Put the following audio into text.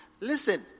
Listen